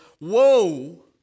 Woe